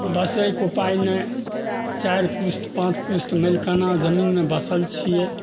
बसैकऽ उपाइ नहि चारि पुस्त पाँच पुस्त मालिकाना जमीनमे बसल छियै